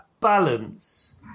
balance